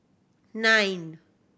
nine